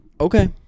Okay